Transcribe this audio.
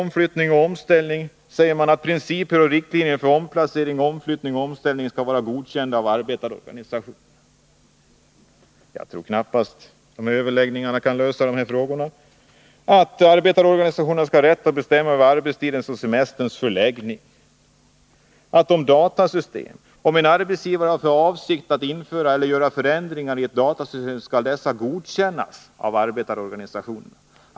Man säger också att principer och riktlinjer för omplacering, omflyttning och omställning skall vara godkända av arbetstagarorganisationerna. Jag tror knappast att överläggningarna kan lösa de frågorna. Vidare säger man att arbetstagarorganisationerna skall ha rätt att bestämma arbetstidens och semesterns förläggning. Om datasystem sägs att om en arbetsgivare har för avsikt att införa eller göra förändringar i ett datasystem skall dessa godkännas av arbetstagarorganisationerna.